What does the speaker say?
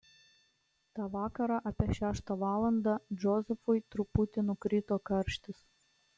tą vakarą apie šeštą valandą džozefui truputį nukrito karštis